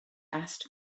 asked